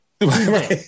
Right